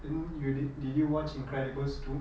then you did did you watch incredibles two